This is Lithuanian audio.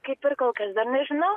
kaip ir kol kas dar nežinau